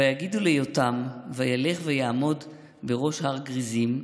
"ויגידו ליותם וילך ויעמוד בראש הר גריזים,